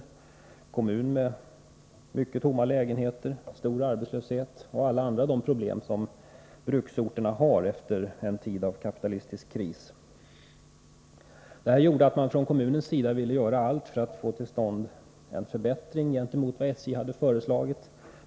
Det är en kommun med många tomma lägenheter, stor arbetslöshet och alla de andra problem som bruksorter har efter en tid av kapitalistisk kris. Detta gjorde att man från kommunens sida ville göra allt för att få till stånd en förbättring gentemot vad SJ hade föreslagit.